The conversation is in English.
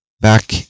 back